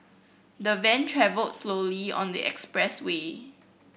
the van travelled slowly on the expressway